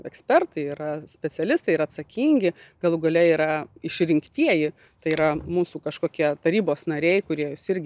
ekspertai yra specialistai yra atsakingi galų gale yra išrinktieji tai yra mūsų kažkokie tarybos nariai kurie jus irgi